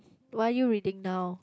why you reading now